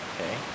Okay